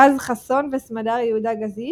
רז חסון וסמדר יהודה-גזית,